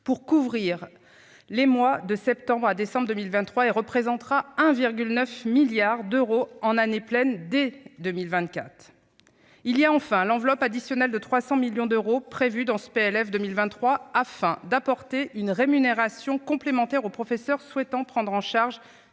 pour couvrir les mois de septembre à décembre 2023 et représentera 1,9 milliard d'euros en année pleine dès 2024. Enfin, une enveloppe additionnelle de 300 millions d'euros est prévue dans le projet de loi de finances pour 2023 afin d'apporter une rémunération complémentaire aux professeurs souhaitant prendre en charge